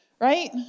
right